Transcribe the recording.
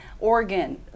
Oregon